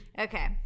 Okay